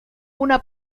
una